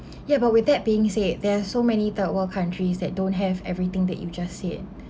ya but with that being said there are so many third world countries that don't have everything that you just said